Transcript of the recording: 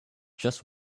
just